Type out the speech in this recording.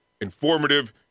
informative